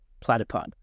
Platypod